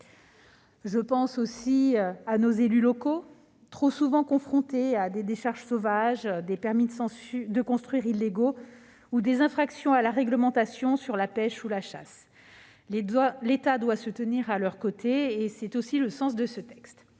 Je pense aussi à nos élus locaux, trop souvent confrontés à des décharges sauvages, des permis de construire illégaux ou des infractions à la réglementation sur la pêche ou la chasse. L'État doit se tenir à leurs côtés, et c'est aussi le sens de ce texte.